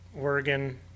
Oregon